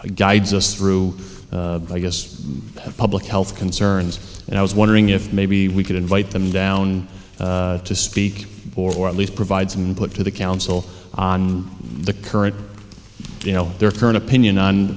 guides us through i guess public health concerns and i was wondering if maybe we could invite them down to speak or at least provide some put to the council on the current you know their current opinion on